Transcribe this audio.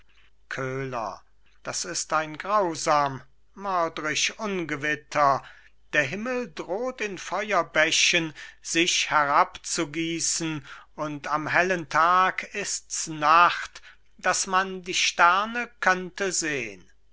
köhler das ist ein grausam mördrisch ungewitter der himmel droht in feuerbächen sich herabzugießen und am hellen tag ists nacht daß man die sterne könnte sehn